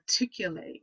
articulate